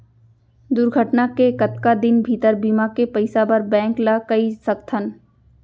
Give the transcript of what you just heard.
दुर्घटना के कतका दिन भीतर बीमा के पइसा बर बैंक ल कई सकथन?